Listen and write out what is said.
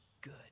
good